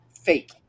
fake